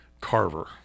carver